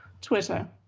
twitter